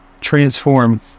transform